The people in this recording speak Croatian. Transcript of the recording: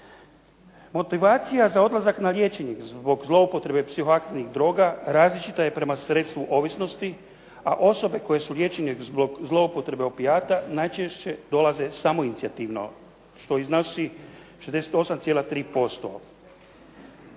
Motivacija za odlazak na liječenje zbog zloupotrebe psiho aktivnih droga različita je prema sredstvu ovisnosti, a osobe koje su liječene zbog zloupotrebe opijata najčešće dolaze samoinicijativno, što iznosi 68,3%.